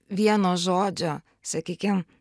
vieno žodžio sakykim